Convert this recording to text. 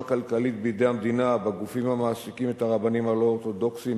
כלכלית בידי המדינה בגופים המעסיקים את הרבנים הלא-אורתודוקסים,